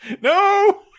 no